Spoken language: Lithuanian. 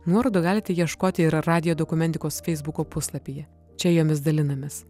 nuorodų galite ieškoti ir radijo dokumentikos feisbuko puslapyje čia jomis dalinamės